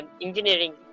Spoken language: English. engineering